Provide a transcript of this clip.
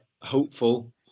Hopeful